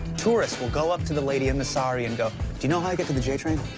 tourists, will go up to the lady in the sari and go, do you know how i get to the j train?